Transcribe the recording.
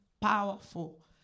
powerful